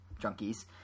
junkies